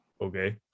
okay